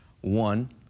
one